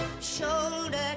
shoulder